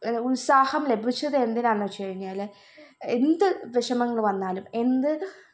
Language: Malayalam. ഉത്സാഹം ലഭിച്ചതെന്തിനാണെന്നു വെച്ചുകഴിഞ്ഞാൽ എന്തു വിഷമങ്ങൾ വന്നാലും എന്ത്